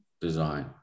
design